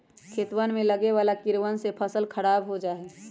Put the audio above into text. खेतवन में लगवे वाला कीड़वन से फसल खराब हो जाहई